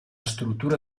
struttura